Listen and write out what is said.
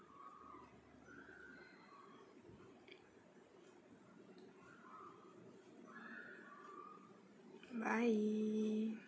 bye